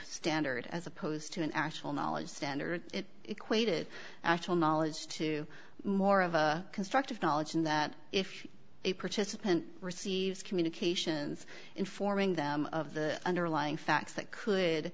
standard as opposed to an actual knowledge standard it equated actual knowledge to more of a construct of knowledge and that if a participant receives communications informing them of the underlying facts that could